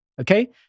Okay